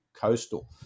Coastal